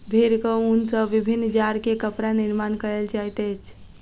भेड़क ऊन सॅ विभिन्न जाड़ के कपड़ा निर्माण कयल जाइत अछि